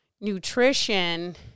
nutrition